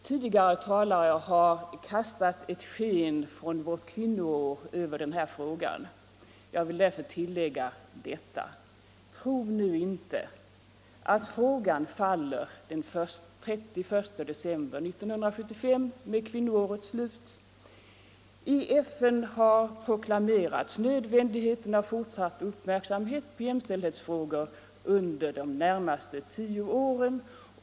Tidigare talare har kastat ett sken från vårt kvinnoår över den här frågan. Jag vill därför tillägga: Tro nu inte att frågan faller den 31 december 1975 med kvinnoårets slut! I FN har proklamerats nödvändigheten av fortsatt uppmärksamhet på jämställdhetsfrågorna under de närmaste tio åren.